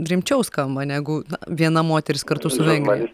rimčiau skamba negu viena moteris kartu su vengrija